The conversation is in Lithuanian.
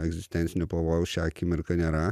egzistencinio pavojaus šią akimirką nėra